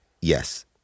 Yes